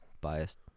biased